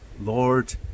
Lord